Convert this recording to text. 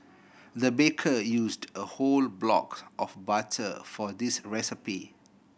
the baker used a whole block of butter for this recipe